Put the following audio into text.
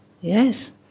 yes